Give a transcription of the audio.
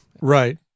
Right